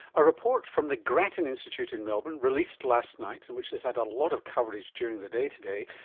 a report from the grattan institute in melbourne, released last night and which has had a lot of coverage during the day today,